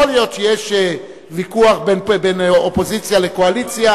יכול להיות שיש ויכוח בין אופוזיציה לקואליציה,